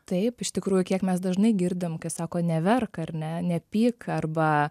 taip iš tikrųjų kiek mes dažnai girdim kai sako neverk ar ne nepyk arba